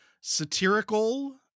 satirical